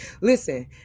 Listen